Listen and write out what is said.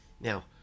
Now